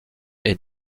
est